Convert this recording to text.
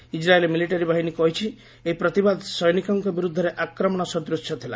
Israel military ବାହିନୀ କହିଛି ଏହି ପ୍ରତିବାଦ ସୈନିକଙ୍କ ବିରୁଦ୍ଧରେ ଆକ୍ରମଣ ସଦୂଶ୍ୟ ଥିଲା